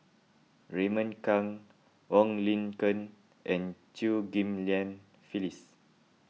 Raymond Kang Wong Lin Ken and Chew Ghim Lian Phyllis